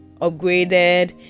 upgraded